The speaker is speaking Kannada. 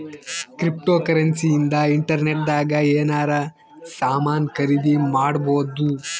ಕ್ರಿಪ್ಟೋಕರೆನ್ಸಿ ಇಂದ ಇಂಟರ್ನೆಟ್ ದಾಗ ಎನಾರ ಸಾಮನ್ ಖರೀದಿ ಮಾಡ್ಬೊದು